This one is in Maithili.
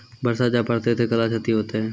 बरसा जा पढ़ते थे कला क्षति हेतै है?